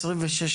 אדוני,